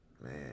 Man